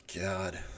God